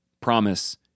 promise